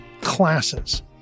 classes